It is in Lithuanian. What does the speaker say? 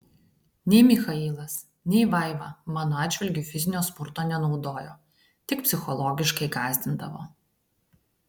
nei michailas nei vaiva mano atžvilgiu fizinio smurto nenaudojo tik psichologiškai gąsdindavo